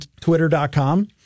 Twitter.com